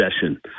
session